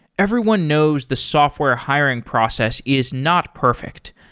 everyone knows the software hiring process is not perfect.